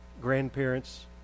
grandparents